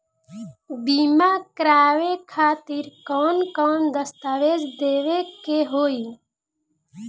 बीमा करवाए खातिर कौन कौन दस्तावेज़ देवे के होई?